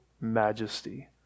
majesty